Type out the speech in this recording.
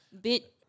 bit